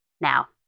Now